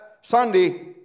Sunday